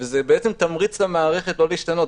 זה בעצם תמריץ למערכת לא להשתנות.